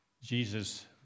Jesus